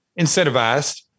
incentivized